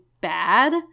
bad –